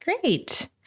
great